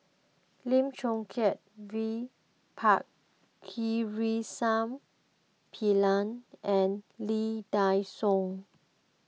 Lim Chong Keat V Pakirisamy Pillai and Lee Dai Soh